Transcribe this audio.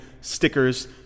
stickers